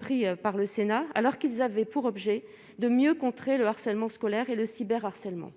repris par le Sénat, alors qu'ils avaient pour objet de mieux contrer le harcèlement scolaire et le cyber harcèlement